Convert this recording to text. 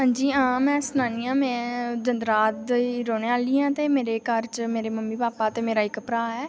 हां जी आं में सनानी आं में जंद्राह् दी रौह्ने आह्ली आं ते मेरे घर च मेरे मम्मी पापा ते मेरा इक भ्राऽ ऐ